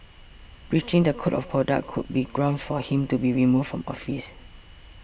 breaching the code of conduct could be grounds for him to be removed from office